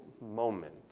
moment